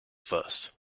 first